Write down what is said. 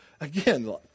Again